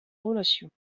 relation